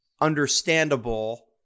understandable